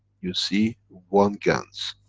you see one gans.